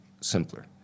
simpler